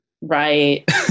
Right